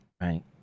Right